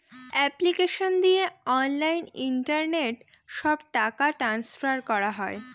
application দিয়ে online internet সব টাকা ট্রান্সফার করা হয়